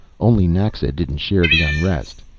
only naxa didn't share the unrest.